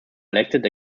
elected